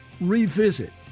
revisit